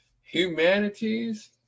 humanities